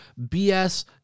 BS